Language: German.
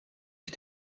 ich